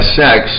sex